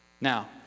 Now